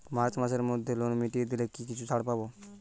March মাসের মধ্যে loan মিটিয়ে দিলে কি কিছু ছাড় পাব?